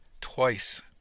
Twice